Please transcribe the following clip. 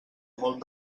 molt